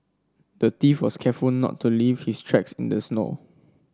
the thief was careful not to leave his tracks in the snow